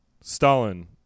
Stalin